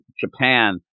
Japan